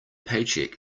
paycheck